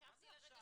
--- מה זה "הרשאה"?